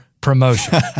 promotion